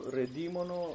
redimono